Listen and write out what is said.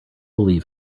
believe